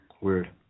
Weird